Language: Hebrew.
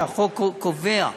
שהחוק קובע,